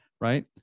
right